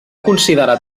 considerar